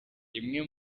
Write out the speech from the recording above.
imwe